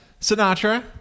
Sinatra